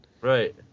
Right